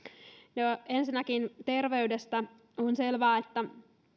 ensinnäkin terveydestä on selvää että